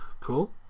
cool